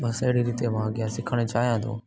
बसि अहिड़ी रीते मां अॻियां सिखणु चाहियां थो